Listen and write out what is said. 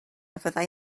fyddai